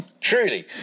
Truly